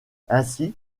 ainsi